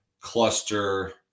cluster